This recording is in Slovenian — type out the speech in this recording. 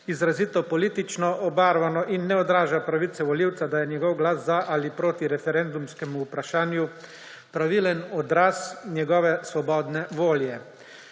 izrazito politično obarvano in ne odraža pravice volivca, da je njegov glas za ali proti referendumskemu vprašanju pravilen odraz njegove svobodne volje.